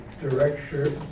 director